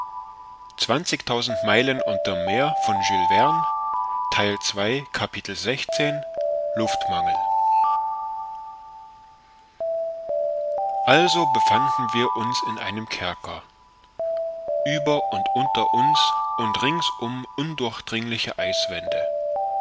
luftmangel also befanden wir uns in einem kerker über und unter uns und ringsum undurchdringliche eiswände